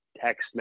text